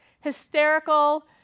hysterical